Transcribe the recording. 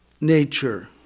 nature